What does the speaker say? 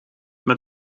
met